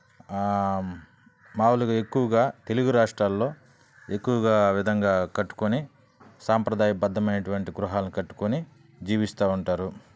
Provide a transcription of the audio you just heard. మాములుగా ఎక్కువగా తెలుగు రాష్ట్రాల్లో ఎక్కువగా ఆ విధంగా కట్టుకొని సాంప్రదాయబద్ధం అయినటువంటి గృహాలను కట్టుకొని జీవిస్తూ ఉంటారు